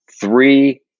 three